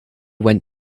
went